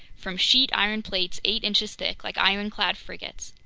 from sheet-iron plates eight inches thick, like ironclad frigates.